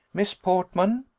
miss portman,